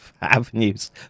avenues